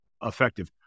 effective